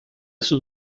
sus